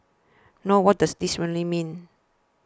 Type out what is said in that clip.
no what does this really mean